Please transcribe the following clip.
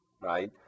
right